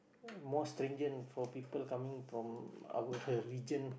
ah more stringent for people coming from our region